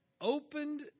opened